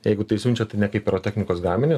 jeigu tai siunčia tai ne kaip pirotechnikos gaminį